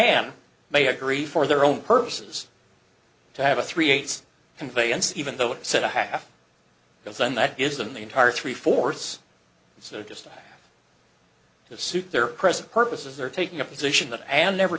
am may agree for their own purposes to have a three eights conveyance even though it said a half because then that gives them the entire three fourths so just to suit their present purposes they're taking a position that i am never